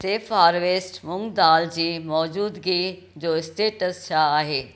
safe harvest मुंग दाल जी मौजूदगीअ जो स्टेटस छा आहे